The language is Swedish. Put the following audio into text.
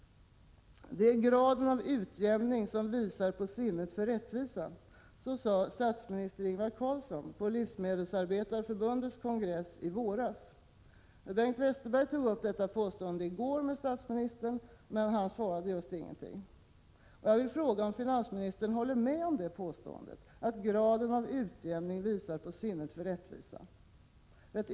”Det är graden av utjämning som visar på sinnet för rättvisa”, sade statsminister Ingvar Carlsson på Livsmedelsarbetareförbundets kongress i våras. Bengt Westerberg tog upp detta påstående i går, men statsministern kommenterade det inte mycket. Jag frågar om finansministern håller med om att graden av utjämning visar på sinnet för rättvisa.